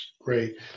Great